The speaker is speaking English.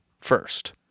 first